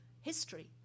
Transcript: history